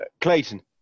Clayton